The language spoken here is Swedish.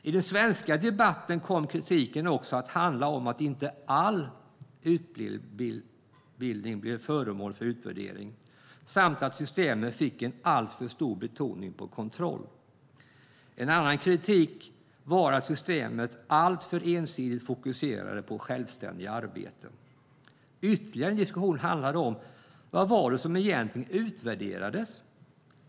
I den svenska debatten kom kritiken också att handla om att inte all utbildning blev föremål för utvärdering samt att systemet fick en alltför stor betoning på kontroll. En annan kritik var att systemet alltför ensidigt fokuserade på självständiga arbeten. Ytterligare en diskussion handlade om vad som egentligen utvärderades.